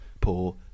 poor